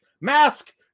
mask